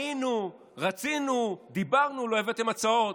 היינו, רצינו, דיברנו, לא הבאתם הצעות,